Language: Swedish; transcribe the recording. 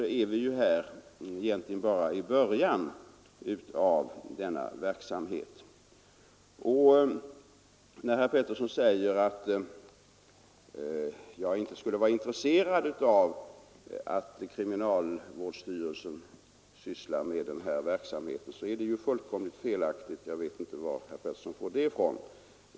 När herr Pettersson i Västerås säger att jag inte skulle vara intresserad av att kriminalvårdsstyrelsen sysslar med denna verksamhet är det fullkomligt felaktigt. Jag förstår inte var herr Pettersson fått det ifrån.